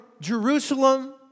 Jerusalem